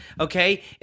okay